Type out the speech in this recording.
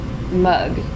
mug